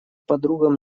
подругам